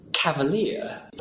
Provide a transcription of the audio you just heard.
Cavalier